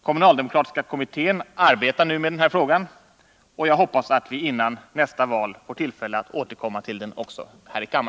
Kommunaldemokratiska kommittén arbetar nu med denna fråga, och jag hoppas att vi före nästa val får tillfälle att återkomma till den också här i kamma